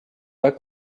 pas